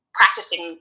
practicing